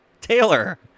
Taylor